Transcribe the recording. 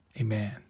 Amen